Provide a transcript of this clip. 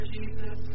Jesus